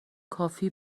کافی